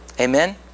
Amen